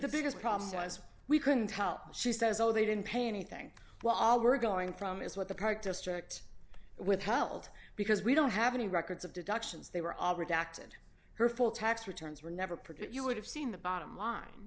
the biggest problem was we couldn't tell she says oh they didn't pay anything while all we're going from is what the current district withheld because we don't have any records of deductions they were all redacted her full tax returns were never produced you would have seen the bottom line